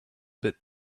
bit